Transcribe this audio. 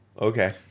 Okay